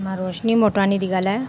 मां रोशनी मोटवानी थी ॻाल्हायां